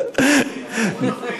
זה נכון.